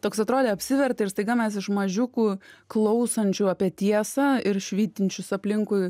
toks atrodė apsivertė ir staiga mes iš mažiukų klausančių apie tiesą ir švytinčius aplinkui